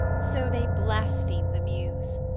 so they blaspheme the muse!